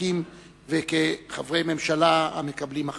כמחוקקים וכחברי ממשלה המקבלים החלטות.